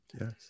Yes